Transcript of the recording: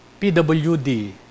PWD